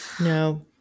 no